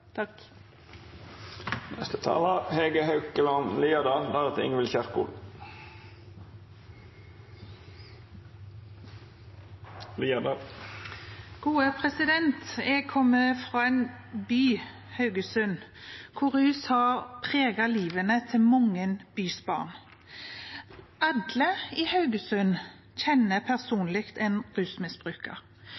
Jeg kommer fra en by, Haugesund, der rus har preget livet til mange bysbarn. Alle i Haugesund kjenner